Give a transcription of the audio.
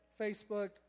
Facebook